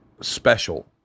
special